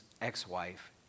ex-wife